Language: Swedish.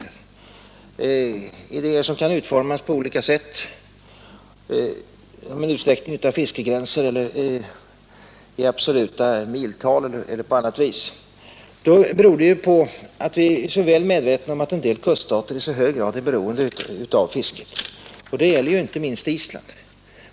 Det är idéer som kan utformas på olika sätt, med utsräckta fiskegränser i absoluta miltal eller på annat vis. Bakom vår inställning ligger naturligtvis att vi är väl medvetna om att en del kuststater är mycket beroende av fisket. Det gäller ju inte minst Island.